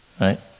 right